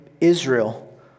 Israel